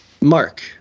Mark